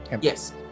yes